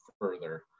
further